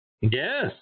Yes